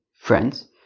Friends